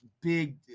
big